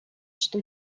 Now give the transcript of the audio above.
жду